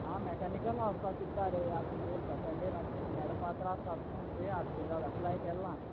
हांव मेकानीकला वचपा चित्तां रे आतां म्हुगे परसेंटेज मेळपा त्रास न्हय आतां चोया कितें जाता हांवें एपलाय केलां